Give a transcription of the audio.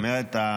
זאת אומרת,